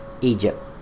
Egypt